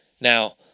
Now